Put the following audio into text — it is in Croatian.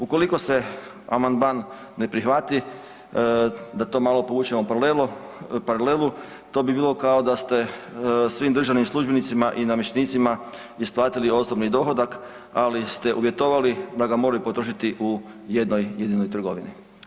Ukoliko se amandman ne prihvati, da to malo povučemo paralelu, to bi bilo kao da ste svim državnim službenicima i namještenicima isplatili osobni dohodak, ali ste uvjetovali da ga moraju potrošiti u jednoj jedinoj trgovini.